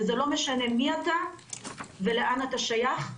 וזה לא משנה מי אתה ולאן אתה שייך,